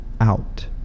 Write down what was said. out